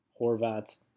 Horvat's